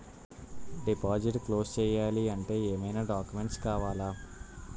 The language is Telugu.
డిపాజిట్ క్లోజ్ చేయాలి అంటే ఏమైనా డాక్యుమెంట్స్ కావాలా?